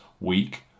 week